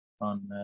on